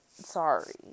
Sorry